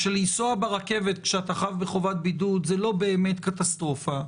ושלנסוע ברכבת כשאתה חב בחובת בידוד זו לא באמת קטסטרופה,